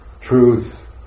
truth